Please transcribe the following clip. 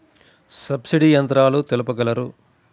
Subsidy యంత్రాలు తెలుపగలరు?